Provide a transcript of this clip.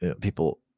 people